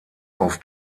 auf